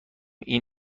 این